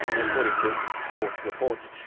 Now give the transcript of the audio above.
according to the court reports,